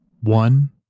one